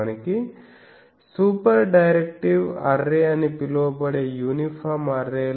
వాస్తవానికి super directive array అని పిలువబడే యూనిఫాం అర్రే ల 13